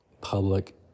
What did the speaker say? public